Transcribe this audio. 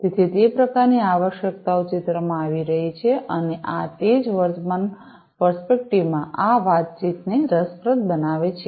તેથી તે પ્રકારની આવશ્યકતાઓ ચિત્રમાં આવી રહી છે અને આ તે જ વર્તમાન પરસ્પેકટિવમાં આ વાતચીતને રસપ્રદ બનાવે છે